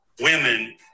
women